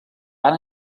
van